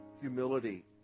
humility